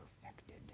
perfected